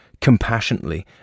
compassionately